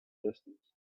distance